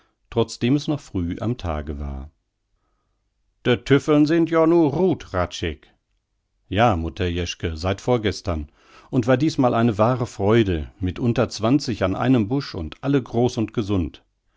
trotzdem es noch früh am tage war de tüffeln sinn joa nu rut hradscheck ja mutter jeschke seit vorgestern und war diesmal ne wahre freude mitunter zwanzig an einem busch und alle groß und gesund